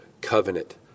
covenant